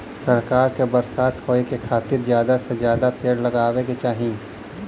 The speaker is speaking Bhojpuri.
सरकार के बरसात होए के खातिर जादा से जादा पेड़ लगावे के चाही